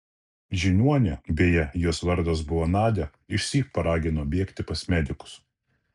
žiniuonė beje jos vardas buvo nadia išsyk paragino bėgti pas medikus